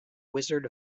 wizard